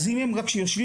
אם הם רק יושבים,